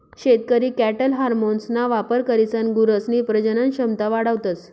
शेतकरी कॅटल हार्मोन्सना वापर करीसन गुरसनी प्रजनन क्षमता वाढावतस